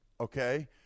okay